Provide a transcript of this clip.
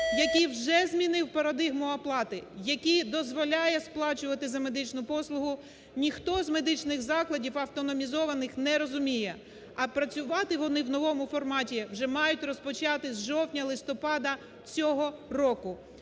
який вже змінив парадигму оплати, який дозволяє сплачувати за медичну послугу, ніхто з медичних закладів автономізованих не розуміє, а працювати вони в новому форматі вже мають розпочати з жовтня-листопада цього року.